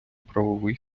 правовий